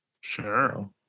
sure